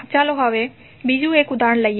ચાલો હવે બીજું એક ઉદાહરણ લઈએ